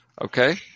Okay